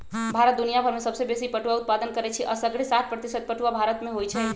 भारत दुनियाभर में सबसे बेशी पटुआ उत्पादन करै छइ असग्रे साठ प्रतिशत पटूआ भारत में होइ छइ